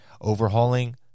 overhauling